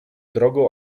drogą